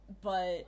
But-